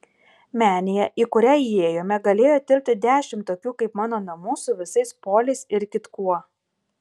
menėje į kurią įėjome galėjo tilpti dešimt tokių kaip mano namų su visais poliais ir kitkuo